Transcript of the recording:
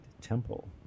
Temple